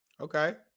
Okay